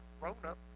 grown-up